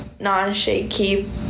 non-shaky